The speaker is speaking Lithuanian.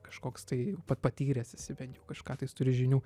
kažkoks tai pa patyręs esi bent jau kažką tai turi žinių